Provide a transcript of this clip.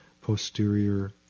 posterior